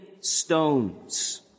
stones